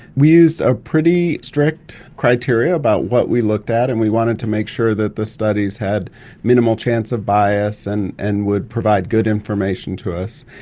we used a pretty strict criteria about what we looked at and we wanted to make sure that the studies had minimal chance of bias and and would provide good information to us.